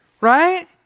right